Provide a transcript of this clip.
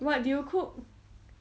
what did you cook